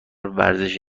ورزش